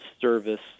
service